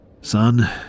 Son